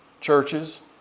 churches